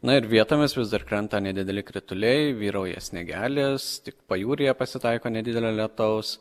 na ir vietomis vis dar krenta nedideli krituliai vyrauja sniegelis tik pajūryje pasitaiko nedidelio lietaus